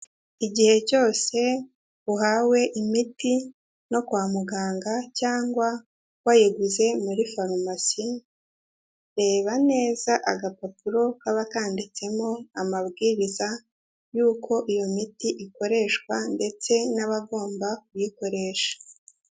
Igihe cyose uhawe imiti no kwa muganga cyangwa wayiguze muri farumasi, reba neza agapapuro kaba kanditsemo amabwiriza y'uko iyo miti ikoreshwa ndetse n'abagomba kuyikoresha.